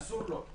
אסור לו,